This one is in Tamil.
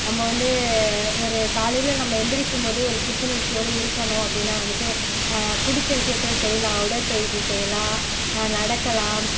நம்ம வந்து ஒரு காலையில் நம்ம எழுந்திரிக்கும் போதே ஒரு புத்துணர்ச்சியோடு இருக்கணும் அப்படின்னா வந்துட்டு பிடிச்ச விஷயத்தை செய்யலாம் உடற்பயிற்சி செய்யலாம் நடக்கலாம்